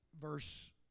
Verse